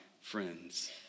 friends